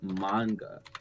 manga